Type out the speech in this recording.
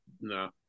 No